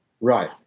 Right